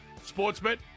Sportsbet